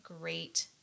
great